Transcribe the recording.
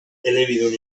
elebidun